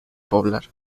poblar